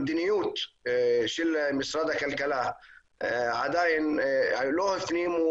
במדיניות של משרד הכלכלה עדיין לא הפנימו